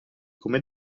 come